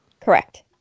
Correct